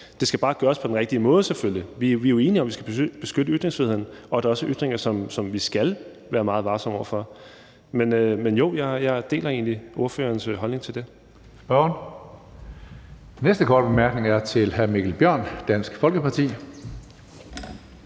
Det skal bare gøres på den rigtige måde selvfølgelig. Vi er jo enige om, at vi skal beskytte ytringsfriheden, og at der også er ytringer, som vi skal være meget varsomme med. Men jo, jeg deler egentlig ordførerens holdning til det. Kl. 16:53 Tredje næstformand (Karsten Hønge): Næste korte bemærkning er til hr. Mikkel Bjørn, Dansk Folkeparti.